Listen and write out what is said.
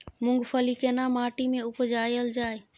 मूंगफली केना माटी में उपजायल जाय?